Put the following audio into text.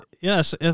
yes